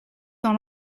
dans